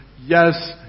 Yes